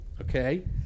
okay